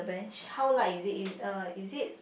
how light is it is uh is it